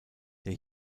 der